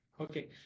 okay